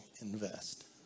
invest